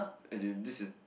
as in this is